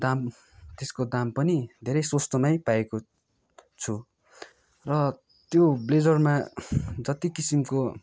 दाम त्यसको दाम पनि धेरै सस्तोमै पाएको छु र त्यो ब्लेजरमा जति किसिमको